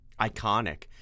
iconic